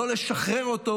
לא לשחרר אותו,